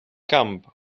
camp